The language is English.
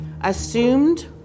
assumed